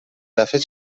دفعه